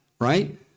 right